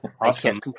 awesome